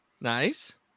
Nice